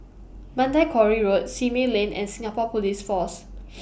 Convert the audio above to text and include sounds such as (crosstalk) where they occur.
Mandai Quarry Road Simei Lane and Singapore Police Force (noise)